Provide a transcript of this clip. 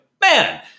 man